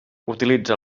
utilitza